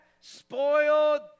spoiled